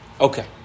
Okay